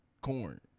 corn